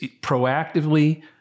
proactively